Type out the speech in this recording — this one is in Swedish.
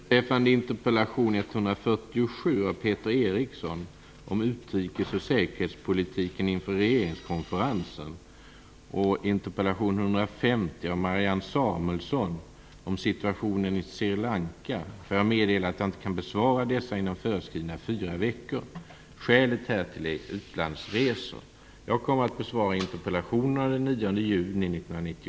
"Utrikes och säkerhetspolitken inför regeringskonferensen", får jag meddela att jag inte kan besvara denna inom föreskrivna fyra veckor. Skälet härtill är utlandsresor. Jag kommer att besvara interpellationen den 9 juni Lanka", får jag meddela att jag inte kan besvara denna inom föreskrivna fyra veckor. Skälet härtill är utlandsresor. Jag kommer att besvara interpellationen den 9 juni